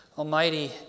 Almighty